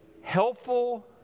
helpful